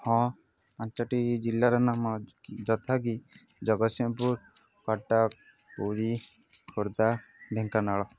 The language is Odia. ହଁ ପାଞ୍ଚଟି ଜିଲ୍ଲାର ନାମ ଯଥାକି ଜଗତସିଂହପୁର କଟକ ପୁରୀ ଖୋର୍ଦ୍ଧା ଢେଙ୍କାନାଳ